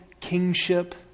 kingship